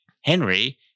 Henry